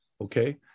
okay